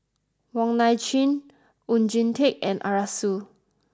Wong Nai Chin Oon Jin Teik and Arasu